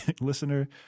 listener